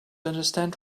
understand